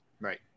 Right